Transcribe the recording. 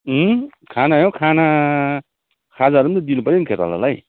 खाना हो खाना खाजाहरू पनि त दिनुपऱ्यो नि खेतालालाई